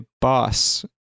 boss